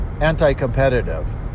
anti-competitive